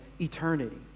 eternity